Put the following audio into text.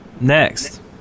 Next